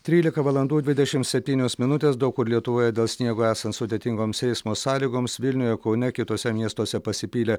trylika valandų dvidešimt septynios minutės daug kur lietuvoje dėl sniego esant sudėtingoms eismo sąlygoms vilniuje kaune kituose miestuose pasipylė